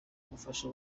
gufasha